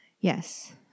Yes